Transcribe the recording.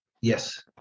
Yes